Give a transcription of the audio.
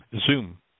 Zoom